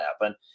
happen